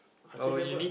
ah she never